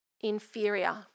inferior